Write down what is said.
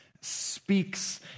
Speaks